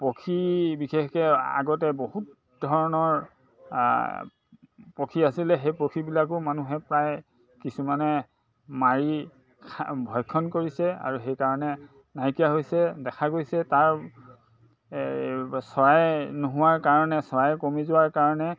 পক্ষী বিশেষকে আগতে বহুত ধৰণৰ পক্ষী আছিলে সেই পক্ষীবিলাকো মানুহে প্ৰায় কিছুমানে মাৰি ভক্ষণ কৰিছে আৰু সেইকাৰণে নাইকিয়া হৈছে দেখা গৈছে তাৰ চৰাই নোহোৱাৰ কাৰণে চৰাই কমি যোৱাৰ কাৰণে